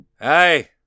Hey